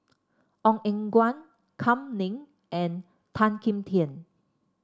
Ong Eng Guan Kam Ning and Tan Kim Tian